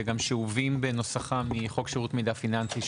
שגם שאובים בנוסחם מחוק שירות מידע פיננסי,